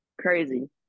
crazy